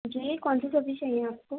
جی کون سی سبزی چاہیے آپ کو